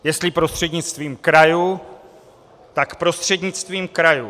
Jestli prostřednictvím krajů, tak prostřednictvím krajů.